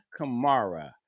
Kamara